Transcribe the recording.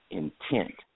intent